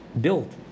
built